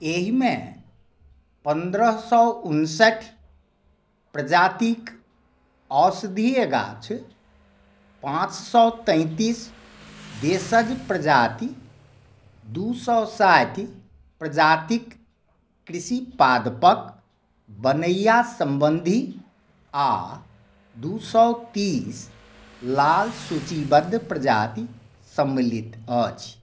एहिमे पन्द्रह सओ उनसठि प्रजातिक औषधीय गाछ पाँच सओ तैंतीस देशज प्रजाति दू सओ साठि प्रजातिक कृषि पादपक वनैया सम्बन्धी आओर दू सओ तीस लाल सूचीबद्ध प्रजाति सम्मिलित अछि